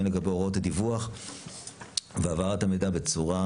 והן לגבי הוראות הדיווח והעברת המידע בצורה